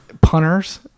Punters